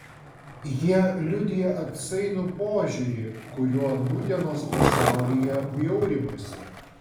jie liudija atsainų požiūrį kuriuo nūdienos pasaulyje bjaurimasi